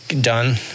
done